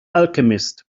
alchemist